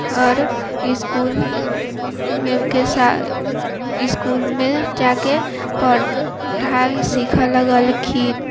आओर इसकुलमे जाके पढ़ाइ सीखऽ लगलखिन